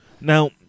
Now